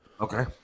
Okay